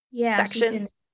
sections